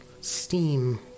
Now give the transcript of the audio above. Steam